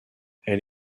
elle